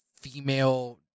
female